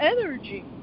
energy